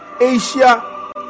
Asia